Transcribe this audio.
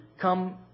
come